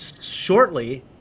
shortly